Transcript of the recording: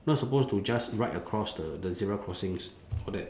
not supposed to just ride across the the zebra crossings all that